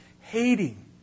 hating